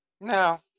No